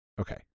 Okay